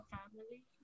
family